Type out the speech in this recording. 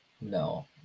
No